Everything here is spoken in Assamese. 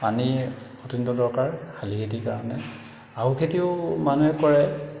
পানীৰ অত্য়ন্ত দৰকাৰ শালি খেতিৰ কাৰণে আহু খেতিও মানুহে কৰে